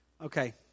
Okay